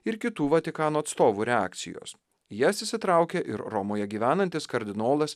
ir kitų vatikano atstovų reakcijos į jas įsitraukė ir romoje gyvenantis kardinolas